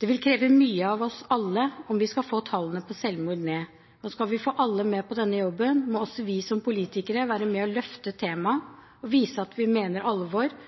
Det vil kreve mye av oss alle om vi skal få tallene på selvmord ned, og skal vi få alle med på denne jobben, må også vi som politikere være med og løfte temaet og vise at vi mener alvor